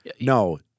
no